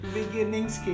Beginnings